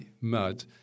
mud